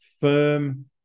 firm